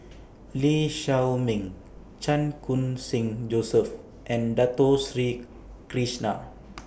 Lee Shao Meng Chan Khun Sing Joseph and Dato Sri Krishna